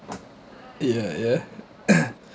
ya ya